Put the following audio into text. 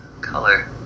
color